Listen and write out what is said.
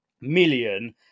million